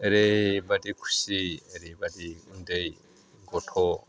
ओरैबादि खुसि ओरैबादि उन्दै गथ'